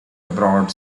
aboard